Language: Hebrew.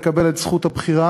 מקבל את זכות הבחירה,